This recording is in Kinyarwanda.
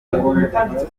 kampala